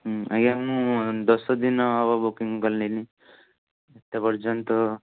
ଆଜ୍ଞା ମୁଁ ଦଶଦିନ ହେବ ବୁକିଂ କଲିଣି ଏତେ ପର୍ଯ୍ୟନ୍ତ